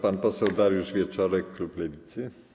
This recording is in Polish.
Pan poseł Dariusz Wieczorek, klub Lewicy.